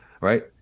right